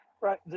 right